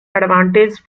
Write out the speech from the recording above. advantage